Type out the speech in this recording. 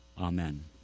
Amen